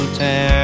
town